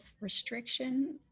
restriction